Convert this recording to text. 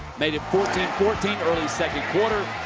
made it fourteen fourteen, early second quarter.